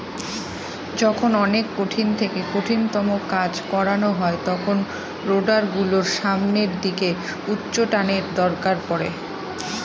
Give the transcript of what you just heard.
যখন অনেক কঠিন থেকে কঠিনতম কাজ করানো হয় তখন রোডার গুলোর সামনের দিকে উচ্চটানের দরকার পড়ে